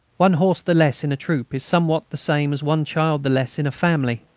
one horse the less in a troop is somewhat the same as one child the less in a family.